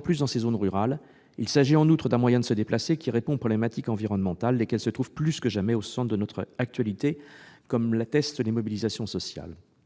particulier dans ces zones rurales. Il s'agit en outre d'un moyen de se déplacer qui répond aux problématiques environnementales, lesquelles se trouvent plus que jamais au centre de notre actualité, comme l'attestent les mobilisations sociales.